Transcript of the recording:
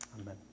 Amen